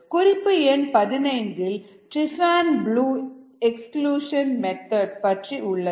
குறிப்பு எண்15 இல் ட்ரிப்பன் ப்ளூ எக்ஸ்கிளூஷன் மெத்தட் பற்றி உள்ளது